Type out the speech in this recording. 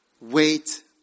Wait